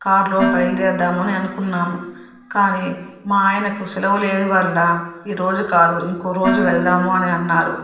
కారులో బయలుదేరుదాం అని అనుకున్నాము కానీ మా ఆయనకు సెలవు లేని వల్ల ఈరోజు కాదు ఇంకో రోజు వెళ్దాము అని అన్నారు